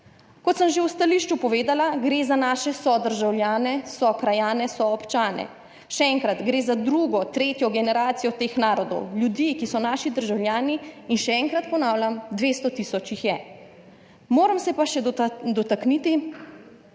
Kot sem že v stališču povedala, gre za naše sodržavljane, sokrajane, soobčane, še enkrat, gre za drugo, tretjo generacijo teh narodov, ljudi, ki so naši državljani in še enkrat ponavljam, 200 tisoč jih je. Moram se pa dotakniti